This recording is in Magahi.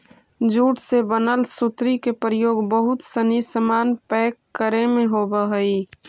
जूट से बनल सुतरी के प्रयोग बहुत सनी सामान पैक करे में होवऽ हइ